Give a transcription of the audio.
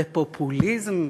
בפופוליזם,